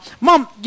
Mom